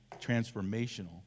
transformational